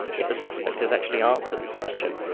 if a suspect has actually answered a question,